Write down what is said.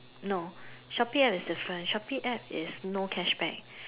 no Shopee App is different Shopee App is no cashback